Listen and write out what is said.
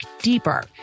deeper